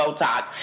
Botox